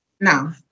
no